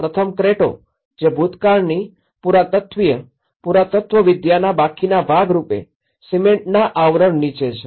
પ્રથમ ક્રેટો જે ભૂતકાળની પુરાતત્ત્વીય પુરાતત્ત્વવિદ્યાના બાકીના ભાગ રૂપે સિમેન્ટના આવરણ નીચે છે